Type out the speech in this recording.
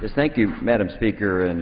but thank you, madam speaker. and